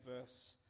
verse